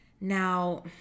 Now